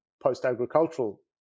post-agricultural